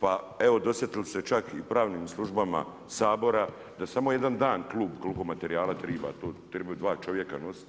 Pa evo dosjetili se čak i u pravnim službama Sabora, da samo jedan dan klub, klubu materijal treba, trebaju dva čovjeka nosit,